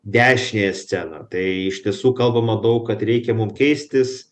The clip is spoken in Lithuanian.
dešiniąją sceną tai iš tiesų kalbama daug kad reikia mum keistis